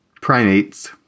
primates